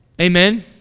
Amen